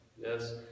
yes